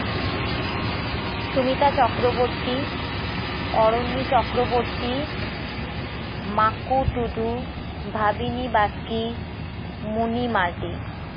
Sumita Chakraborty Aroni Chakraborty Maku Tudu Bhabini Baski Muni Mardi